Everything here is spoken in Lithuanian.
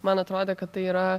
man atrodo kad tai yra